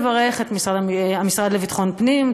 לברך את המשרד לביטחון פנים,